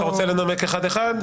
אתה רוצה לנמק אחד-אחד?